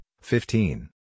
fifteen